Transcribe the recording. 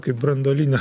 kaip branduolinė